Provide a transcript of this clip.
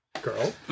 girl